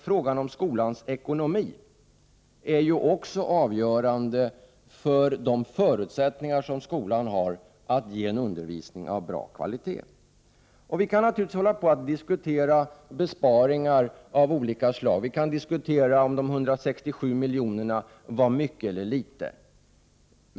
Frågan om skolans ekonomi är också avgörande för de förutsättningar som skolan har att ge undervisning av bra kvalitet. Vi kan självfallet diskutera besparingar av olika slag, och vi kan diskutera om de 167 miljonerna var mycket eller litet.